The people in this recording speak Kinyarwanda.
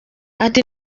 ati